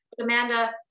Amanda